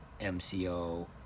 MCO